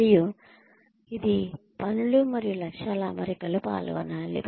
మరియు ఇది పనులు మరియు లక్ష్యాల అమరికలో పాల్గొనాలి